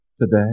today